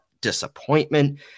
disappointment